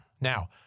Now